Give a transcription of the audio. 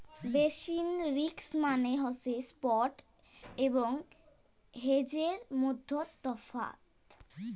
basis risk মানে হসে spot এবং হেজের মইধ্যে তফাৎ